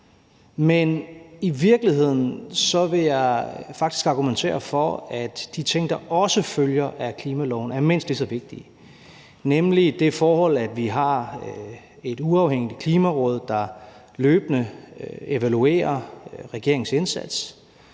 Men i virkeligheden vil jeg faktisk argumentere for, at de ting, der også følger af klimaloven, er mindst lige så vigtige, nemlig det forhold, at vi har et uafhængigt Klimaråd, der løbende evaluerer regeringens indsats;